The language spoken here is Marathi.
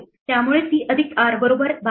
त्यामुळे c अधिक r बरोबर 12 आहे